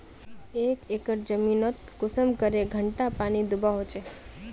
एक एकर जमीन नोत कुंसम करे घंटा पानी दुबा होचए?